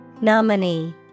Nominee